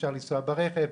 אפשר לנסוע ברכב.